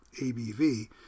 ABV